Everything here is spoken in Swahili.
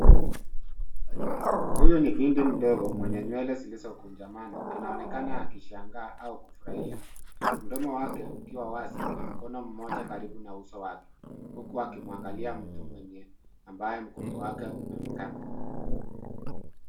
Huyu ni binti mdogo mwenye nywele zilizokunjamana anaonekana akishangaa au kufurahia. Mdomo wake ukiwa wazi na mkono moja karibu na uso wake huku akimwangalia mtu mwenye ambaye mgongo wake unaonekana.